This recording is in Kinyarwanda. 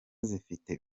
zifite